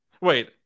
Wait